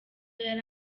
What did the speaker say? yari